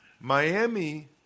Miami